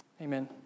Amen